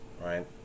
right